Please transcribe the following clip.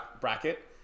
bracket